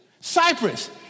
Cyprus